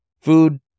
food